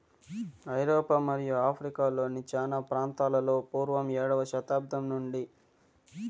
ఐరోపా మరియు ఆఫ్రికా లోని చానా ప్రాంతాలలో పూర్వం ఏడవ శతాబ్దం నుండే పాడి పరిశ్రమ ఉన్నాది